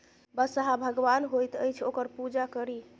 बसहा भगवान होइत अछि ओकर पूजा करी